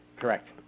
Correct